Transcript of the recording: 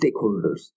stakeholders